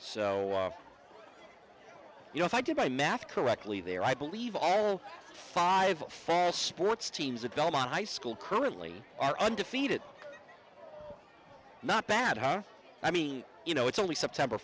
so you know if i did my math correctly there i believe all five sports teams at belmont high school currently are undefeated not bad i mean you know it's only september